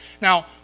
Now